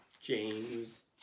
James